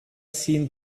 seen